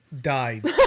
died